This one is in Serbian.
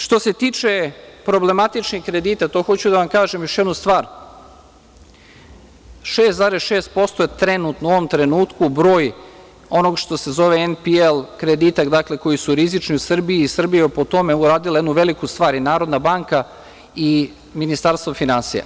Što se tiče problematičnih kredita, tu hoću da vam kažem još jednu stvar, u ovom trenutku je 6,6% broj onog što se zove MPL kredita, dakle, koji su rizični u Srbiji i Srbija je po tome uradila jednu veliku stvar i Narodna banka i Ministarstvo finansija.